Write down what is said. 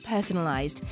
personalized